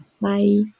Bye